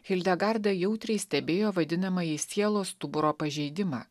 hildegarda jautriai stebėjo vadinamąjį sielos stuburo pažeidimą